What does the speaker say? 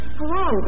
Hello